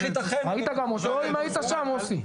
ראית גם אותו, אם היית שם, מוסי?